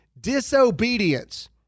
disobedience